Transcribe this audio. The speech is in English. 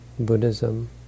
Buddhism